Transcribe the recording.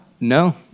No